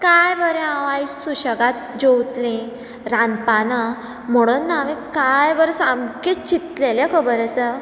काय बरें हांव आयज सुशेगाद जेवतलें रांदपाना म्हणून काय बरें सामकें चिंतलेलें खबर आसा